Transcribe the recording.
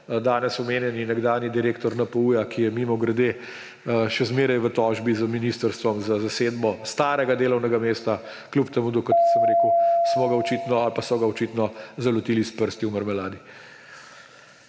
danes omenjeni nekdanji direktor NPU, ki je, mimogrede, še zmeraj v tožbi z ministrstvom za zasedbo starega delovnega mesta, čeprav, kot sem rekel, smo ga očitno ali pa so ga očitno zalotili s prsti v marmeladi.